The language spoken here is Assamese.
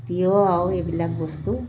প্ৰিয় আৰু এইবিলাক বস্তু